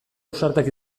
ausartak